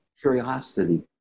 curiosity